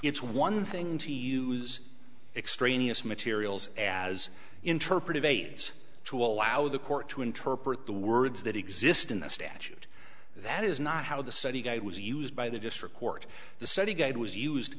it's one thing to use extraneous materials as interpretive aides to allow the court to interpret the words that exist in the statute that is not how the study guide was used by the district court the study guide was used